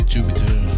Jupiter